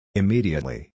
immediately